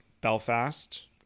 Belfast